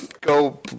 go